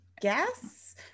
guess